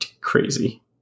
crazy